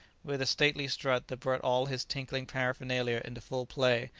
with a stately strut that brought all his tinkling paraphernalia into full play,